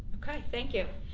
okay, thank you.